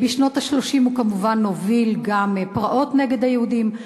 בשנות ה-30 הוא כמובן הוביל גם פרעות נגד היהודים,